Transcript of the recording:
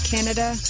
Canada